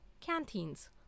canteens